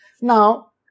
Now